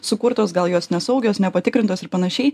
sukurtos gal jos nesaugios nepatikrintos ir panašiai